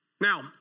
Now